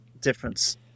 difference